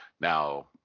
Now